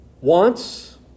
wants